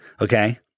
Okay